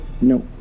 no